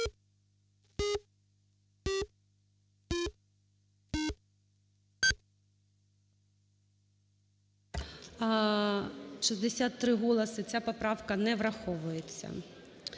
63 голоси, ця поправка не враховується.